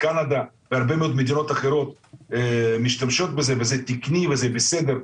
קנדה והרבה מאד מדינות אחרות משתמשות בזה וזה תקני וזה בסדר,